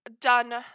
done